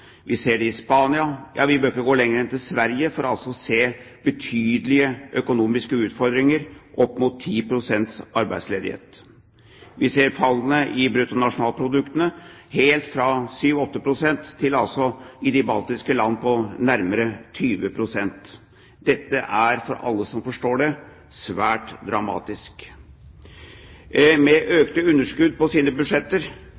vi ser det i Spania, ja, vi bør ikke gå lenger enn til Sverige for å se betydelige økonomiske utfordringer og opp mot 10 pst. arbeidsledighet. Vi ser fallene i bruttonasjonalproduktene helt fra 7–8 pst. til nærmere 20 pst. i de baltiske landene. Dette er for alle som forstår det, svært dramatisk. Med